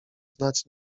znać